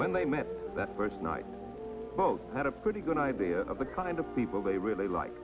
when they met that first night both had a pretty good idea of the kind of people they really like